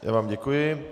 Já vám děkuji.